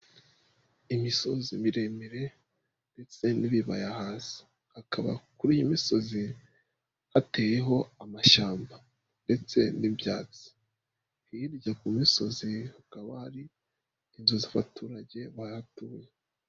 Imisozi miremire ndetse n'ibibaya hasi, hakaba kuri iyi misozi hateyeho amashyamba ndetse n'ibyatsi, hirya ku misozi, hakaba hari inzu z'abaturage bahatuye.